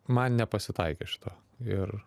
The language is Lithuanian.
man nepasitaikė šito ir